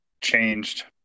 changed